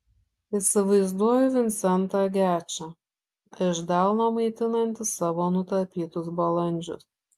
įsivaizduoju vincentą gečą iš delno maitinantį savo nutapytus balandžius